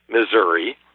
Missouri